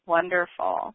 Wonderful